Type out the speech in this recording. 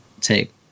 take